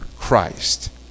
Christ